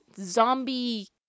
zombie